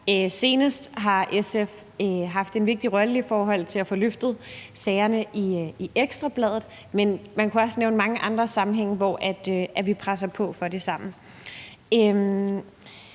Senest har SF haft en vigtig rolle i forhold til at få løftet sagerne i Ekstra Bladet, men man kunne også nævne mange andre sammenhænge, hvor vi presser på for det sammen.